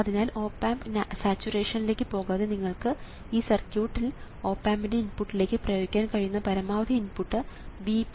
അതിനാൽ op amp സാച്ചുറേഷനിലേക്ക് പോകാതെ നിങ്ങൾക്ക് ഈ സർക്യൂട്ടിൽ ഓപ് ആമ്പിൻറെ ഇൻപുട്ടിലേക്ക് പ്രയോഗിക്കാൻ കഴിയുന്ന പരമാവധി ഇൻപുട്ട് Vp എന്നത് 1